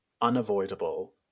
unavoidable